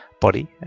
body